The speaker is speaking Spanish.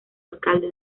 alcalde